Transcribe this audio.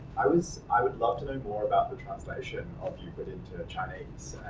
i was, i would love to know more about the translation of euclid into chinese.